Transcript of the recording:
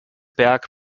berg